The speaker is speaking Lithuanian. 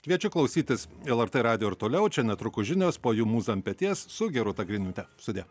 kviečiu klausytis lrt radijo ir toliau čia netrukus žinios po jų mūza ant peties su gerūta griniūte sudie